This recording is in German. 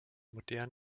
modernen